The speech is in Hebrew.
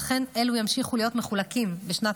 ואכן אלו ימשיכו להיות מחולקים בשנת